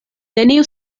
neniu